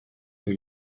new